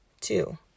Two